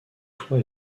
toit